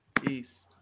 Peace